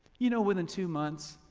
you know within two months,